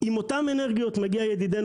עם אותן אנרגיות מגיע ידידנו,